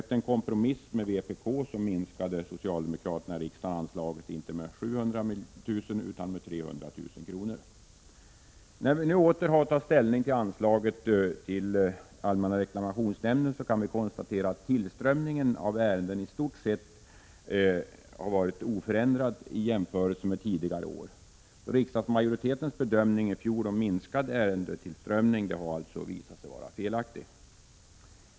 Efter en kompromiss med vpk minskade socialdemokraterna i riksdagen anslaget — inte med 700 000 utan med 300 000 kr. När vi nu åter har att ta ställning till anslaget till allmänna reklamations 151 nämnden kan vi konstatera att tillströmningen av ärenden i stort sett varit oförändrad i jämförelse med tidigare år. Riksdagsmajoritetens bedömning i fjol att ärendetillströmningen skulle minska har alltså visat sig felaktig.